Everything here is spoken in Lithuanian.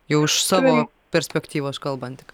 jau iš savo perspektyvos kalbant tik